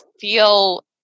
feel